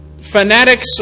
fanatics